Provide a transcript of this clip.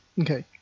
Okay